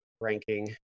ranking